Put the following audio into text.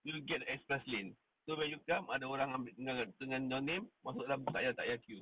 you get express lane so when you come ada orang dengan your name masuk dalam tak payah queue